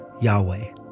Yahweh